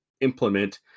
implement